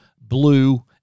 blue